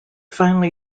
finally